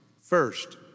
First